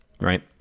right